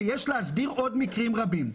ויש להסדיר עוד מקרים רבים.